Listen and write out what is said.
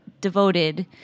devoted